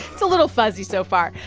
it's a little fuzzy so far.